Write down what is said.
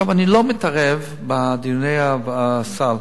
אני לא מתערב בדיוני הסל.